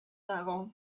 dago